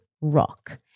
rock